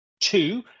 Two